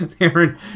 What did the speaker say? Aaron